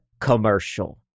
commercial